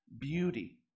beauty